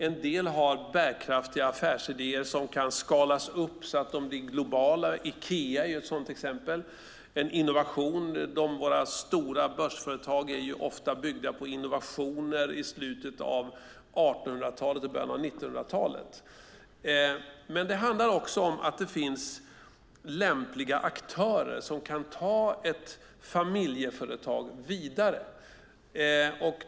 En del har bärkraftiga affärsidéer som kan skalas upp så att de blir globala. Ikea är ett sådant exempel. Det kan handla om en innovation. Våra största börsföretag är ofta byggda på innovationer i slutet av 1800-talet och början av 1900-talet. Det handlar också om att det finns lämpliga aktörer som kan ta ett familjeföretag vidare.